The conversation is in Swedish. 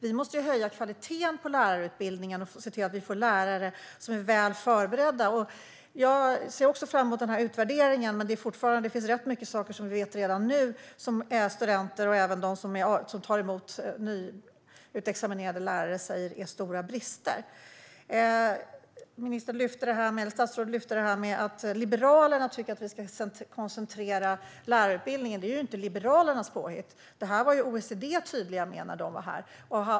Vi måste höja kvaliteten på lärarutbildningen och se till att vi har lärare som är väl förberedda. Jag ser också fram emot den här utvärderingen, men det finns rätt många saker som vi vet redan nu att studenter och de som tar emot nyexaminerade lärare säger är stora brister. Statsrådet säger att Liberalerna tycker att vi ska koncentrera lärarutbildningen. Det är ju inte Liberalernas påhitt, utan det var OECD tydliga med när de var här.